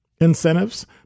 incentives